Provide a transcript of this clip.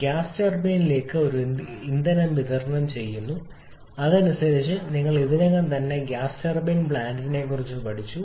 gas ടർബൈനിലേക്ക് ഒരു ഇന്ധനം വിതരണം ചെയ്യുന്നു അതിനനുസരിച്ച് നിങ്ങൾ ഇതിനകം തന്നെ ഗ്യാസ് ടർബൈൻ പ്ലാന്റിനെക്കുറിച്ച് പഠിച്ചു